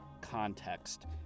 context